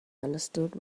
understood